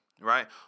right